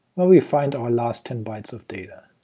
where we find our last ten bytes of data.